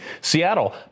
Seattle